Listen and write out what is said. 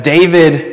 David